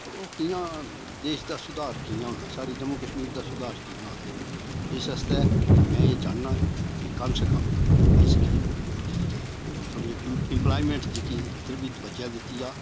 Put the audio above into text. ते ओह् कि'यां देश दा सुधार कियां होना ऐ साढ़े जम्मू कश्मीर दा सुधार कि'यां होना इस आस्तै में एह् चाह्न्नां कि कम से कम इसगी जानि के थोह्ड़ी इम्पलाएमेंट जेह्की इद्धर बी तवज्जो दित्ती जा